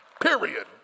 Period